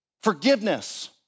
Forgiveness